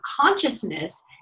consciousness